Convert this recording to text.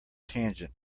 tangent